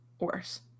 worse